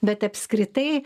bet apskritai